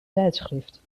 tijdschrift